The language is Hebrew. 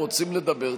רוצים לדבר,